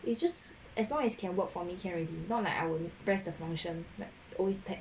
it's just as long as can work for me can already not like I will press the function like